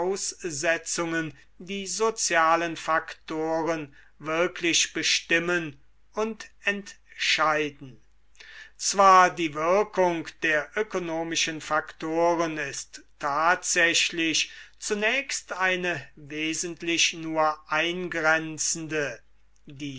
voraussetzungen die sozialen faktoren wirklich bestimmen und entscheiden i zwar die wirkung der ökonomischen faktoren ist tatsächlich zunächst eine wesentlich nur eingrenzende die